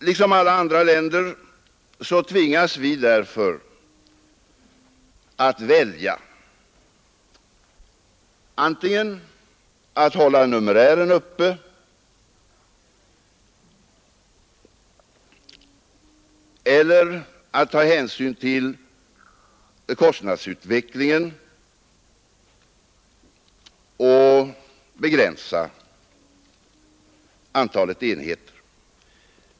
Liksom alla andra länder tvingas vi alltså att välja: antingen att hålla numerären uppe eller ta hänsyn till kostnadsutvecklingen och begränsa antalet enheter.